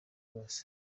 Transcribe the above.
bose